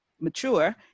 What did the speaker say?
mature